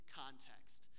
context